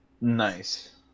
Nice